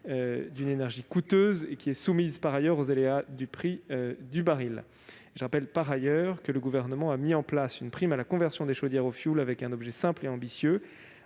d'une énergie coûteuse, qui est soumise par ailleurs aux aléas du prix du baril. Par ailleurs, le Gouvernement a mis en place une prime à la conversion des chaudières au fioul avec un objectif simple et ambitieux